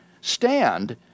stand